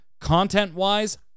content-wise